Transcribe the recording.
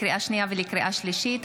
לקריאה שנייה ולקריאה שלישית: